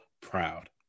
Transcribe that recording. proud